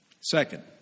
Second